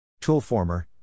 Toolformer